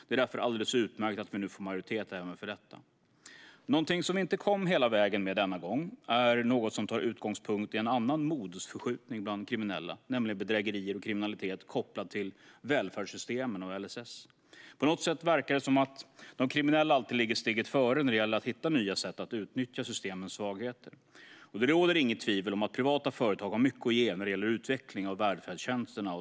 Det är därför alldeles utmärkt att vi nu får majoritet även för detta. Någonting som vi inte kom hela vägen med denna gång tar sin utgångspunkt i en annan modusförskjutning bland kriminella, nämligen bedrägerier och kriminalitet kopplat till välfärdssystemen och LSS. På något sätt verkar det som att de kriminella alltid ligger steget före när det gäller att hitta nya sätt att utnyttja systemens svagheter. Det råder inget tvivel om att privata företag har mycket att ge när det gäller utveckling av välfärdstjänsterna.